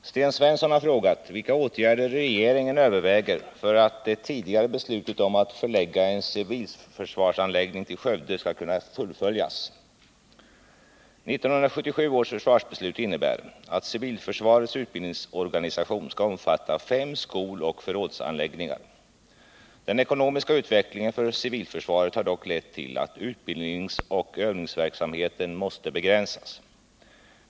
95, och anförde: Herr talman! Sten Svensson har frågat vilka åtgärder regeringen överväger för att det tidigare beslutet om att förlägga en civilförsvarsanläggning till Skövde skall kunna fullföljas. 1977 års försvarsbeslut innebär att civilförsvarets utbildningsorganisation skall omfatta fem skoloch förrådsanläggningar. Den ekonomiska utvecklingen för civilförsvaret har dock lett till att utbildningsoch övningsverk 93 samheten måste begränsas.